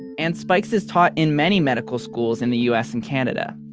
and spikes is taught in many medical schools in the us and canada.